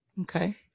Okay